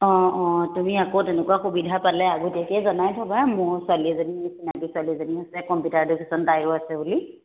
অঁ অঁ তুমি আকৌ তেনেকুৱা সুবিধা পালে আগতীয়াকেই জনাই থ'বা মোৰ ছোৱালী এজনী চিনাকী ছোৱালী এজনী আছে কম্পিউটাৰ এডুকেশ্যন তাইৰো আছে বুলি